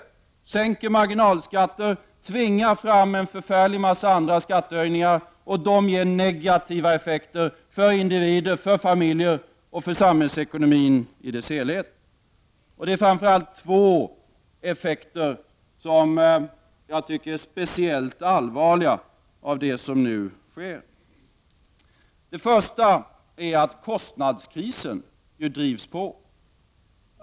Genom att sänka marginalskatter, tvingar man fram en förfärlig mängd andra skattehöjningar, som ger negativa effekter för individer, familjer och samhällsekonomin i dess helhet. Det är framför allt två effekter som jag tycker är speciellt allvarliga och som är en följd av det som nu sker. Den första är att kostnadskrisen drivs på.